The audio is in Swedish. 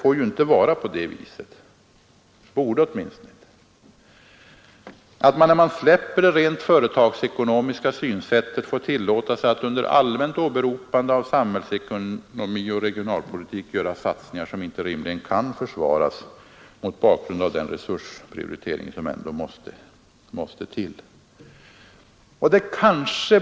Det får inte vara på det sättet — eller borde åtminstone inte vara så — att man vid ett frångående av det rent företagsekonomiska synsättet får tillåta sig att under allmänt åberopande av samhällsekonomi och regionalpolitik göra satsningar som inte rimligen kan försvaras mot bakgrund av den resursprioritering som ändå måste till.